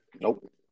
Nope